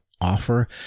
offer